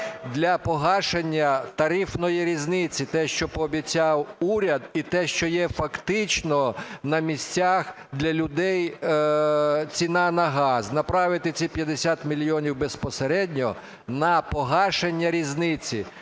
для погашення тарифної різниці, те, що пообіцяв уряд і те, що є фактично на місцях для людей ціна на газ. Направити ці 50 мільйонів безпосередньо на погашення різниці,